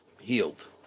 healed